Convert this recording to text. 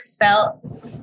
felt